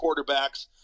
quarterbacks